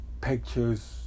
pictures